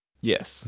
Yes